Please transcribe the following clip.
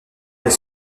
les